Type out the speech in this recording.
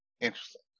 Interesting